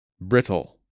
brittle